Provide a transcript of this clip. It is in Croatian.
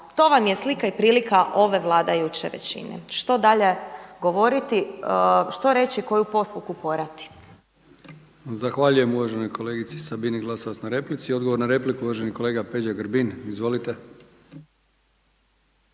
to vam je slika i prilika ove vladajuće većine. Što dalje govoriti, što reći, koju poruku poslati. **Brkić, Milijan (HDZ)** Zahvaljujem uvaženoj kolegici Sabini Glasovac na replici. Odgovor na repliku uvaženi kolega Peđa Grbin. **Grbin,